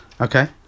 okay